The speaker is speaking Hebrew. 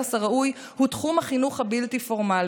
והיחס הראוי הוא תחום החינוך הבלתי-פורמלי,